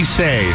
say